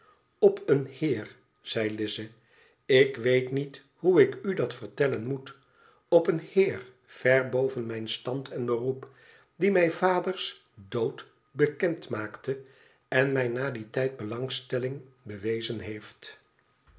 op een heer zei lize ik weet niet hoe ik u dat vertellen moet op een heer ver boven mijn stand en beroep die mij vaders dood bekend maakte en mij na dien tijd belangstelling bewezen heeft